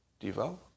Devo